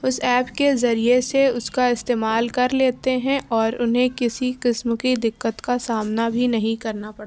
اس app کے ذریعے سے اس کا استعمال کر لیتے ہیں اور انہیں کسی قسم کی دقت کا سامنا بھی نہیں کرنا پڑتا ہے